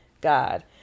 God